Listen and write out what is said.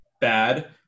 bad